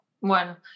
Bueno